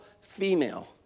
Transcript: female